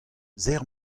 serr